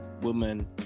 woman